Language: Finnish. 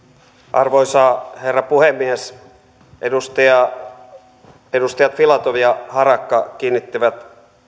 arvoisa herra puhemies edustajat filatov ja harakka kiinnittivät